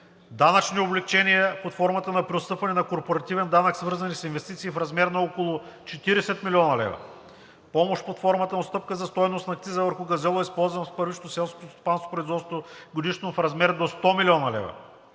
Данъчни облекчения под формата на преотстъпване на корпоративен данък, свързани с инвестиции в размер на около 40 млн. лв. Помощ под формата на отстъпка за стойност на акциза върху газьола, използван в първичното селскостопанско производство годишно в размер до 100 млн. лв.